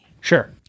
Sure